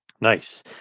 Nice